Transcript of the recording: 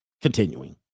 Continuing